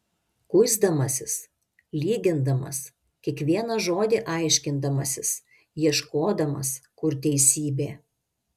kuisdamasis lygindamas kiekvieną žodį aiškindamasis ieškodamas kur teisybė